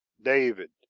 david,